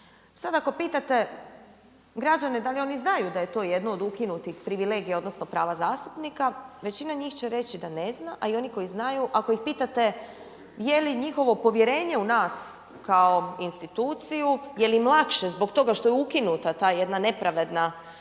Sada ako pitate građane da li oni znaju da je to jedno od ukinutih privilegija, odnosno prava zastupnika većina njih će reći da ne zna a i oni koji znaju ako ih pitate je li njihovo povjerenje u nas kao instituciju, je li im lakše zbog toga što je ukinuta ta jedna nepravedna,